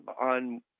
on